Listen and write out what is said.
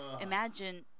Imagine